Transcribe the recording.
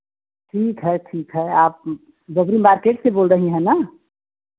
ठीक है ठीक है आप बबुरी मार्केट से बोल रही हैं ना